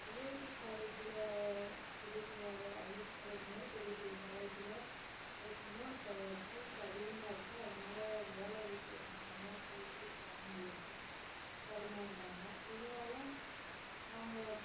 IIT காலேஜில் பெரிய பெரிய ஐஐடி காலேஜு மாதிரி பெரிய பெரிய காலேஜில் படிக்கணுன்னால் கோ ஃபீஸ் அதிகமாக இருக்குது அதனால ஏழை வீட்டு பசங்கெளாம் போய் ஃபீஸ் கட்ட முடியாது தடுமாறுகிறாங்க இருந்தாலும் அவங்க